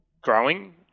growing